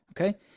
okay